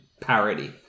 parody